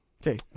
Okay